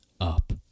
up